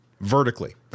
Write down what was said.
vertically